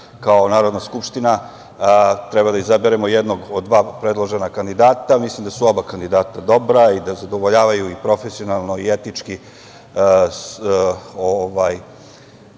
kao Narodna skupština treba da izaberemo jednog, od dva predložena kandidata. Mislim da su oba kandidata dobra i da zadovoljavaju profesionalno i etički